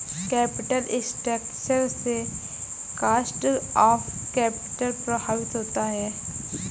capital structure से cost of capital प्रभावित होता है